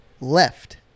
left